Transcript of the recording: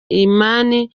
irani